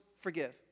forgive